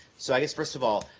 so i guess, first of all,